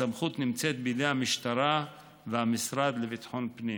הסמכות נמצאת בידי המשטרה והמשרד לביטחון פנים.